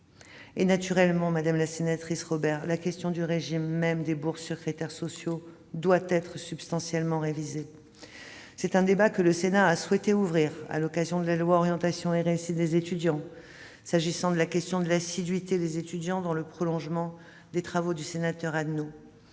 Naturellement, madame la sénatrice Robert, le régime même des bourses sur critères sociaux doit être substantiellement révisé. C'est un débat que le Sénat a souhaité ouvrir à l'occasion de la loi Orientation et réussite des étudiants en évoquant la question de l'assiduité des étudiants, dans le prolongement de vos travaux, monsieur Adnot.